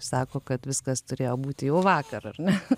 sako kad viskas turėjo būti jau vakar ar ne